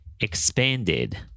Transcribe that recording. Expanded